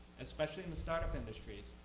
especially in the start-up industries,